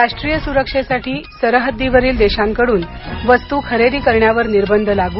राष्ट्रीय सुरक्षेसाठी सरहद्दीवरील देशांकडून वस्तू खरेदी करण्यावर निर्बंध लागू